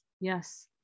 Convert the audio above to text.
yes